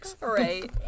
Right